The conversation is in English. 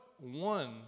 one